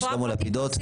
שלמה לפידות.